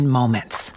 moments